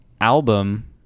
album